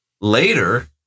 later